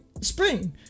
spring